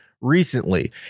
recently